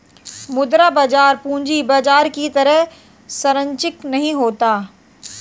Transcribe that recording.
मुद्रा बाजार पूंजी बाजार की तरह सरंचिक नहीं होता